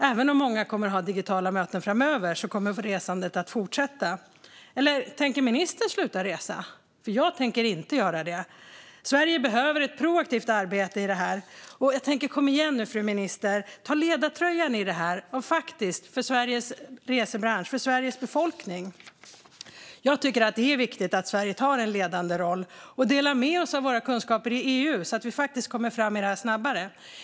Även om många kommer att ha digitala möten framöver kommer resandet att fortsätta. Tänker ministern sluta resa? Jag tänker inte göra det. Sverige behöver ett proaktivt arbete. Kom igen nu, fru minister! Ta ledartröjan! Gör det för Sveriges resebransch och för Sveriges befolkning! Jag tycker att det är viktigt att vi i Sverige tar en ledande roll och delar med oss av våra kunskaper i EU, så att vi kommer fram med det här snabbare.